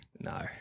No